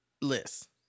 list